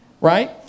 right